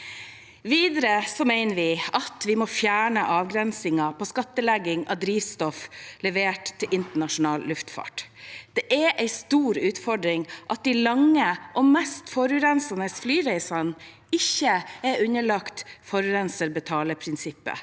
Videre mener vi at vi må fjerne avgrensningen på skattlegging av drivstoff levert til internasjonal luftfart. Det er en stor utfordring at de lange og mest forurensende flyreisene ikke er underlagt forurenser betaler-prin sippet.